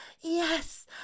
Yes